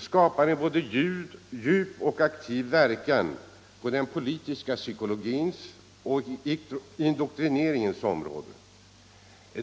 skapar en både djup och aktiv verkan på den politiska psykologins och indoktrineringens område.